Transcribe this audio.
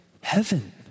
heaven